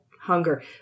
hunger